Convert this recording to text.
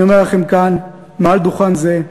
אני אומר לכם כאן, מעל דוכן זה,